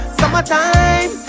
summertime